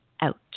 out